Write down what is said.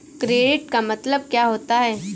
Credit का मतलब क्या होता है?